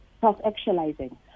self-actualizing